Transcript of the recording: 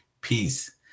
peace